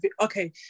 Okay